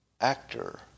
actor